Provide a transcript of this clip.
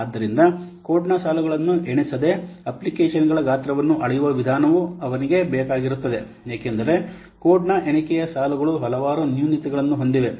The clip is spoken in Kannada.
ಆದ್ದರಿಂದ ಕೋಡ್ನ ಸಾಲುಗಳನ್ನು ಎಣಿಸದೆ ಅಪ್ಲಿಕೇಶನ್ನ ಗಾತ್ರವನ್ನು ಅಳೆಯುವ ವಿಧಾನವೂ ಅವನಿಗೆ ಬೇಕಾಗಿರುತ್ತದೆ ಏಕೆಂದರೆ ಕೋಡ್ನ ಎಣಿಕೆಯ ಸಾಲುಗಳು ಹಲವಾರು ನ್ಯೂನತೆಗಳನ್ನು ಹೊಂದಿವೆ